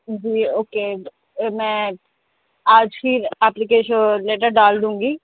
جی okay میں آج ہی اپلیکیشن لیٹر ڈال دوں گی